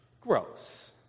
gross